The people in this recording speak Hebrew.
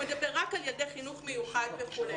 מדבר רק על ילדי חינוך מיוחד וכולי.